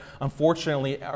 Unfortunately